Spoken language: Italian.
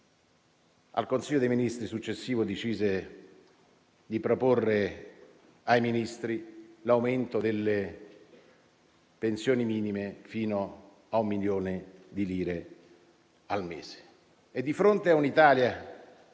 al Consiglio dei ministri successivo decise di proporre l'aumento delle pensioni minime fino a un milione di lire al mese. Di fronte a un'Italia